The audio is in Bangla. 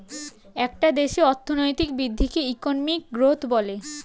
একটা দেশের অর্থনৈতিক বৃদ্ধিকে ইকোনমিক গ্রোথ বলে